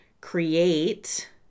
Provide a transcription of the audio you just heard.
create